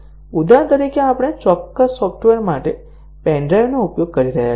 ઉદાહરણ તરીકે આપણે ચોક્કસ સોફ્ટવેર માટે પેન ડ્રાઇવનો ઉપયોગ કરી રહ્યા છીએ